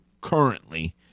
currently